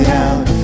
out